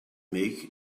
make